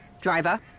Driver